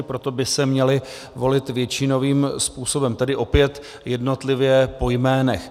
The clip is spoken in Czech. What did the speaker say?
Proto by se měly volit většinovým způsobem, tedy opět jednotlivě po jménech.